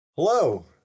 Hello